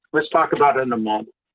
let's talk about it in a month.